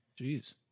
Jeez